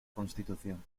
constitución